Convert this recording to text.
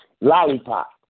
Lollipop